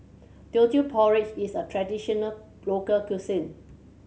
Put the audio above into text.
Teochew Porridge is a traditional local cuisine